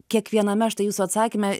kiekviename štai jūsų atsakyme